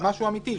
זה משהו אמיתי.